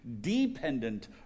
dependent